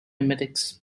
medics